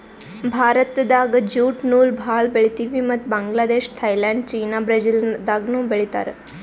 ಭಾರತ್ದಾಗ್ ಜ್ಯೂಟ್ ನೂಲ್ ಭಾಳ್ ಬೆಳಿತೀವಿ ಮತ್ತ್ ಬಾಂಗ್ಲಾದೇಶ್ ಥೈಲ್ಯಾಂಡ್ ಚೀನಾ ಬ್ರೆಜಿಲ್ದಾಗನೂ ಬೆಳೀತಾರ್